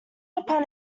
upon